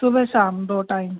सुबह शाम दो टाइम